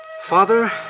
Father